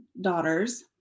daughters